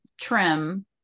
trim